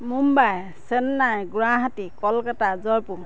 Mumbai Chennai Guwahati Kolkata Jaipur